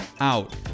out